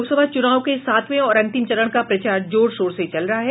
लोकसभा चूनाव के सातवें और अंतिम चरण का प्रचार जोर शोर से चल रहा है